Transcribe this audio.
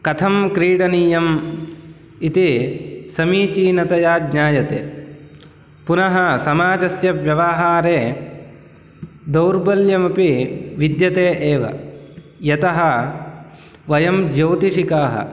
कथं क्रीडनीयम् इति समीचीनतया ज्ञायते पुनः समाजस्य व्यवहारे दौर्बल्यमपि विद्यते एव यतः वयं ज्यौतिषकाः